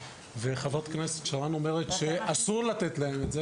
וחברת הכנסת שרן אומרת שאסור לתת להם את זה